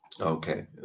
Okay